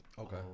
Okay